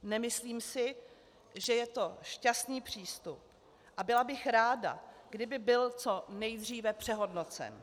Nemyslím si, že je to šťastný přístup, a byla bych ráda, kdyby byl co nejdříve přehodnocen.